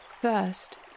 First